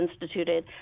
instituted